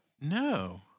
No